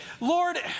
Lord